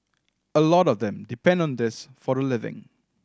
a lot of them depend on this for a living